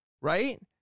right